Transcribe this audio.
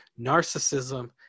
narcissism